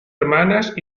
hermanas